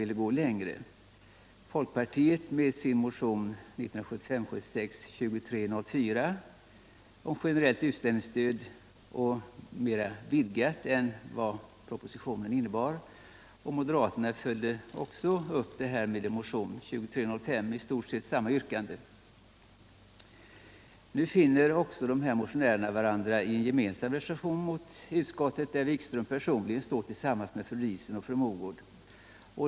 Folkpartiet föreslog med sin motion 1975 76:2305, med i stort sett samma yrkande. Dessa motionärer finner också varandra i en gemensam reservation mot utskottet, där herr Wikström står tillsammans med fru Diesen och fru Moegård.